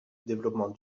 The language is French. développement